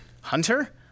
hunter